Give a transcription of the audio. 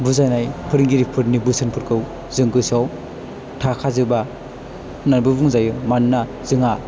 बुजायनाय फोरोंगिरिफोरनि बोसोनफोरखौ जों गोसोआव थाखाजोबा होन्नानैबो बुंजायो मानोना जोंहा